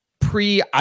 pre